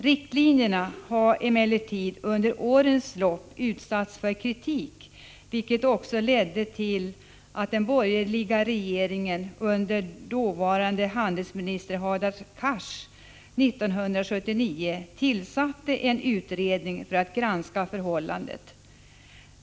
Riktlinjerna har emellertid under årens lopp utsatts för kritik, vilket också ledde till att den borgerliga regeringen, med dåvarande handelsministern Hadar Cars, 1979 tillsatte en utredning för att granska förhållandet.